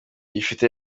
gifite